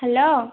hello